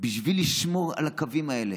בשביל לשמור על הקווים האלה.